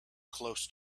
close